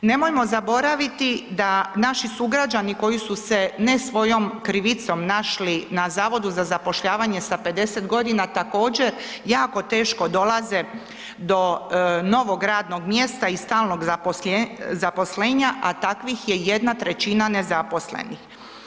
Nemojmo zaboraviti da naši sugrađani koji su se ne svojom krivici našli na Zavodu za zapošljavanje sa 50 g. također jako teško dolaze do novog radnog mjesta i stalnog zaposlenja, a takvih je 1/3 nezaposlenih.